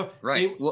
Right